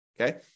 okay